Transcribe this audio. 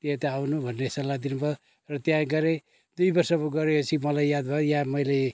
त्यता आउनु भन्ने सल्लाह दिनुभयो र त्यहाँ गरेँ दुई वर्षको गरेपछि मलाई याद भयो यहाँ मैले